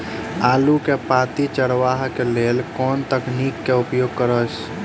आलु केँ पांति चरावह केँ लेल केँ तकनीक केँ उपयोग करऽ?